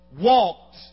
walked